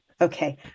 Okay